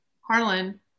Harlan